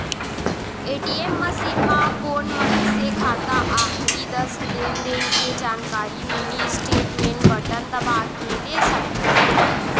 ATM machine म कोन मनसे खाता आखरी दस लेनदेन के जानकारी मिनी स्टेटमेंट बटन दबा के ले सकथे